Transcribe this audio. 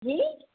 جی